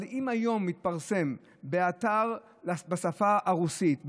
אבל היום מתפרסם באתר בשפה הרוסית,